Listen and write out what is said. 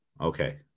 Okay